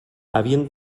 havien